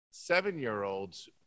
Seven-year-olds